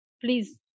Please